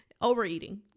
overeating